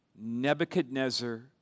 Nebuchadnezzar